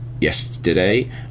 yesterday